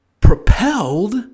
propelled